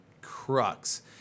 crux